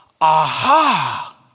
Aha